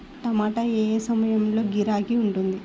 టమాటా ఏ ఏ సమయంలో గిరాకీ ఉంటుంది?